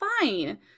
fine